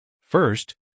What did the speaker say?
First